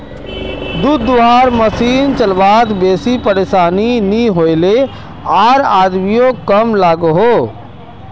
दूध धुआर मसिन चलवात बेसी परेशानी नि होइयेह आर आदमियों कम लागोहो